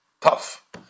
tough